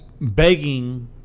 begging